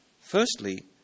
Firstly